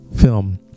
film